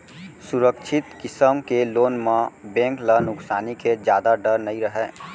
सुरक्छित किसम के लोन म बेंक ल नुकसानी के जादा डर नइ रहय